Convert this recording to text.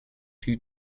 two